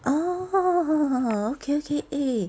orh okay okay eh